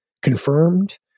confirmed